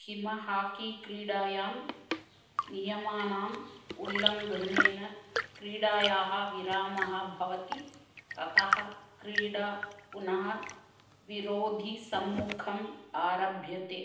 किं हाकी क्रीडायां नियमानाम् उल्लङ्घनेन क्रीडायाः विरामः भवति ततः क्रीडा पुनः विरोधिसम्मुखम् आरभ्यते